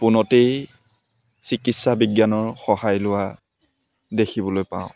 পোনতেই চিকিৎসা বিজ্ঞানৰ সহায় লোৱা দেখিবলৈ পাওঁ